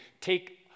take